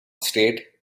state